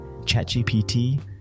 ChatGPT